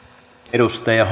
arvoisa